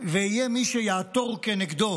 ויהיה מי שיעתור כנגדו